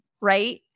right